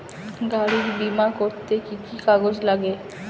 গাড়ীর বিমা করতে কি কি কাগজ লাগে?